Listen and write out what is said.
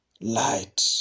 Light